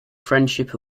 friendship